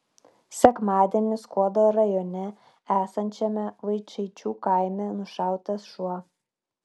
sekmadienį skuodo rajone esančiame vaičaičių kaime nušautas šuo